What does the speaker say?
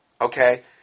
Okay